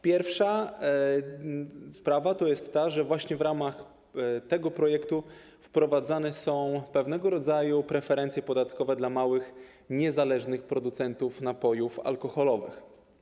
Pierwsza sprawa jest taka, że w ramach tego projektu wprowadzane są pewnego rodzaju preferencje podatkowe dla małych, niezależnych producentów napojów alkoholowych.